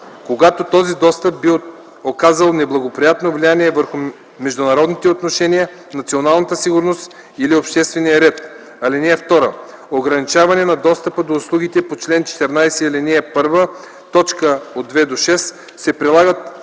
когато този достъп би оказал неблагоприятно влияние върху международните отношения, националната сигурност или обществения ред. (2) Ограничаване на достъпа до услугите по чл. 14, ал. 1, т. 2-6 се прилага